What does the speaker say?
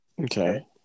Okay